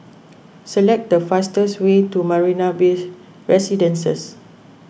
select the fastest way to Marina Bays Residences